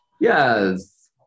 Yes